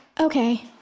Okay